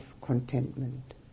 contentment